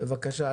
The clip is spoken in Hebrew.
בבקשה.